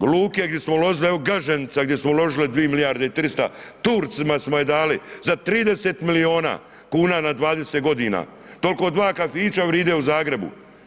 luke gdje smo uvozili, Gaženica gdje smo uložili 2 milijarde i 300, Turcima smo je dali za 30 milijuna kuna na 20 g., toliko dva kafića vrijede u Zagrebu.